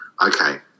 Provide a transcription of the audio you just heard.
okay